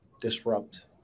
Disrupt